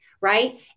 right